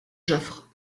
joffre